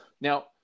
Now